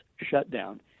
shutdown